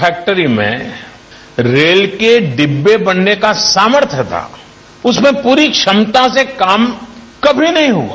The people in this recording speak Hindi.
फैक्ट्री में रेल के डिब्बे बनने का सामर्थ्य था उसमे प्ररी क्षमता से काम कभी नही हुआ